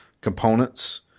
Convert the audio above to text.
components